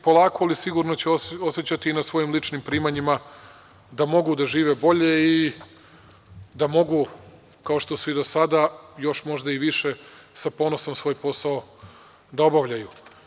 Polako ali sigurno to će osećati i na svojim ličnim primanjima, da mogu da žive bolje i da mogu, kao što su i do sada, još možda i više, sa ponosom svoj posao da obavljaju.